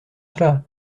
cela